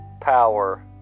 power